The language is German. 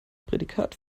prädikat